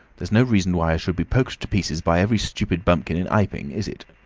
that's no reason why i should be poked to pieces by every stupid bumpkin in iping, is it?